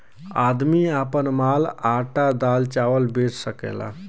आदमी आपन माल आटा दाल चावल बेच सकेला